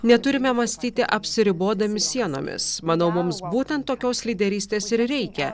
neturime mąstyti apsiribodami sienomis manau mums būtent tokios lyderystės ir reikia